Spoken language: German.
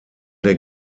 der